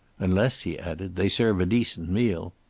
unless, he added, they serve a decent meal.